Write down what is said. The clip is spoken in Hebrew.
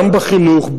גם בחינוך,